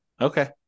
Okay